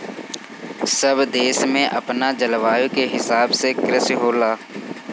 सब देश में अपना जलवायु के हिसाब से कृषि होला